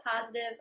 positive